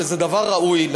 שזה דבר ראוי,